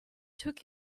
took